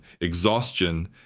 exhaustion